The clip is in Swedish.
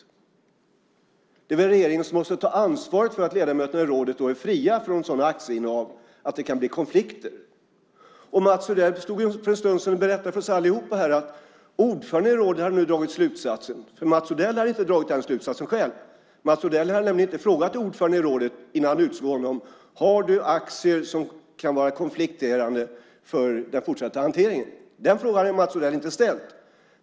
Det är väl regeringen som måste ta ansvar för att ledamöterna i rådet är fria från aktieinnehav som är sådana att det kan bli konflikter. Mats Odell stod för en stund sedan och berättade för alla oss här att ordföranden i rådet har dragit den slutsatsen. Men Mats Odell har själv inte dragit den slutsatsen. Mats Odell hade nämligen inte frågat ordföranden i rådet innan han utsåg honom: Har du aktier som kan leda till konflikt för den fortsatta hanteringen? Den frågan hade Mats Odell inte ställt.